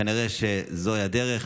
כנראה שזאת הדרך.